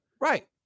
Right